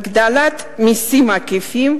הגדלת מסים עקיפים,